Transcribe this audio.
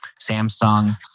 Samsung